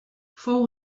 fou